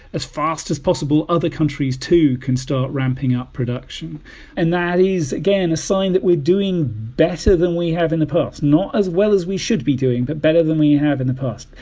as fast as possible, other countries, too, can start ramping up production and that is, again, a sign that we're doing better than we have in the past not as well as we should be doing but better than we have in the past.